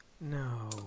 No